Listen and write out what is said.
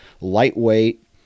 lightweight